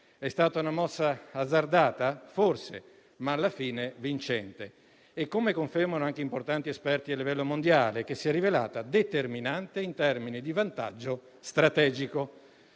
È stata una mossa azzardata? Forse, ma alla fine è stata vincente e - come confermano anche importanti esperti a livello mondiale - si è rivelata determinante in termini di vantaggio strategico.